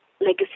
Legacy